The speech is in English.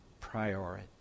priority